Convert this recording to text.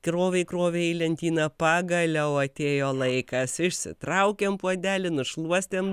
krovei krovei į lentyną pagaliau atėjo laikas išsitraukiam puodelį nušluostėm